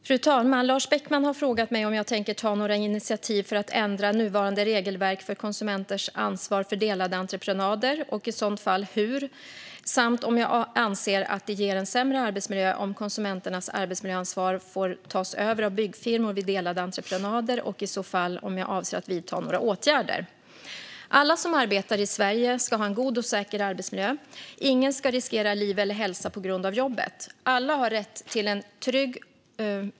Fru talman! Lars Beckman har frågat mig om jag tänker ta några initiativ för att ändra nuvarande regelverk för konsumenters ansvar för delade entreprenader och i sådant fall hur. Han har också frågat om jag anser att det ger en sämre arbetsmiljö om konsumenternas arbetsmiljöansvar får tas över av byggfirmor vid delade entreprenader och om jag i så fall avser att vidta några åtgärder. Alla som arbetar i Sverige ska ha en god och säker arbetsmiljö. Ingen ska riskera liv eller hälsa på grund av jobbet.